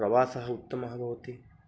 प्रवासः उत्तमः भवति